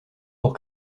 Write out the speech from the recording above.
pour